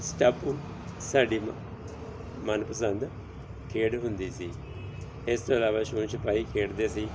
ਸਟਾਪੂ ਸਾਡੀ ਮ ਮਨਪਸੰਦ ਖੇਡ ਹੁੰਦੀ ਸੀ ਇਸ ਤੋਂ ਇਲਾਵਾ ਛੂਹਣ ਛੁਪਾਈ ਖੇਡਦੇ ਸੀ